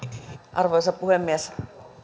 arvoisa puhemies